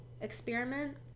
Experiment